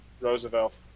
Roosevelt